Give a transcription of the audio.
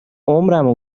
عمرمو